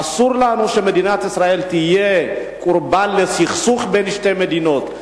אסור לנו שמדינת ישראל תהיה קורבן לסכסוך בין שתי מדינות,